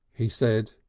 he said.